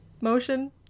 motion